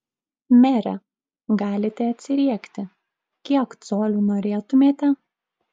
mere galite atsiriekti kiek colių norėtumėte